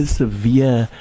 severe